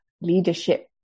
leadership